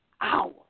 hour